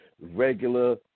regular